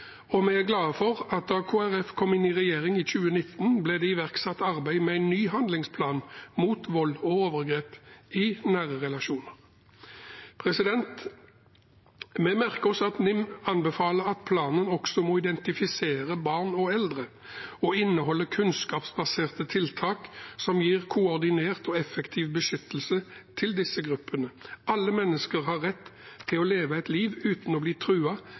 og vi er glade for at da Kristelig Folkeparti kom inn i regjering i 2019, ble det iverksatt arbeid med en ny handlingsplan mot vold og overgrep i nære relasjoner. Vi merker oss at NIM anbefaler at planen også må identifisere barn og eldre og inneholde kunnskapsbaserte tiltak som gir en koordinert og effektiv beskyttelse av disse gruppene. Alle mennesker har rett til å leve et liv uten å bli